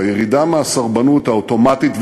זו הירידה מהסרבנות האוטומטית,